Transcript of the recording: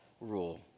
rule